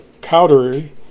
Cowdery